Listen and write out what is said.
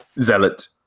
zealot